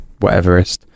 whateverist